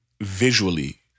visually